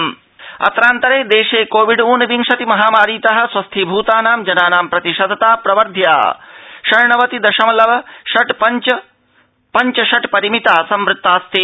COVID प्रतिशतता अत्रान्तरे देशे कोविड ऊन विंशति महामारी तः स्वस्थीभृतानां जनानां प्रतिशतता प्रवर्ध्य सम्प्रति षण्णवति दशमलव पञ्च षट् परिमिता संवृत्ताऽस्ति